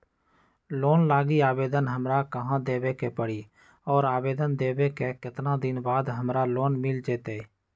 Loan लागी आवेदन हमरा कहां देवे के पड़ी और आवेदन देवे के केतना दिन बाद हमरा लोन मिल जतई?